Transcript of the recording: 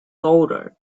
older